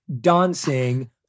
dancing